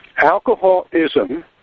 Alcoholism